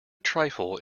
trifle